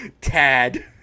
Tad